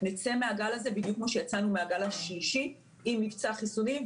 נצא מהגל הזה בדיוק כמו שיצאנו מהגל השלישי עם מבצע החיסונים,